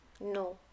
no